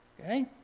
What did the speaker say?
okay